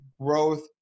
growth